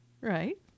Right